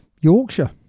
Yorkshire